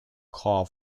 car